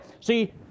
See